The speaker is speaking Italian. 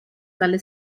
dalle